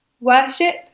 worship